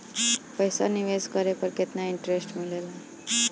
पईसा निवेश करे पर केतना इंटरेस्ट मिलेला?